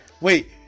wait